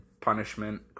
Punishment